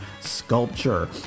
sculpture